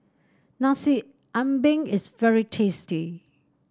Nasi Ambeng is very tasty